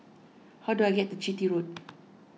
how do I get to Chitty Road